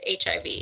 HIV